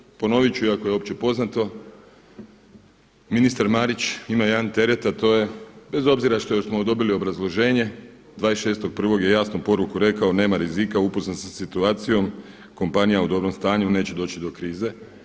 I za nas, ponoviti ću iako je opće poznato, ministar Marić ima jedan teret a to je, bez obzira što jer smo dobili obrazloženje, 26.1. je jasnu poruku rekao nema rizika, upoznat sam sa situacijom, kompanija u dobrom stanju, neće doći do krize.